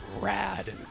rad